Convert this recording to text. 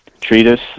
treatise